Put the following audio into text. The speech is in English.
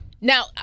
Now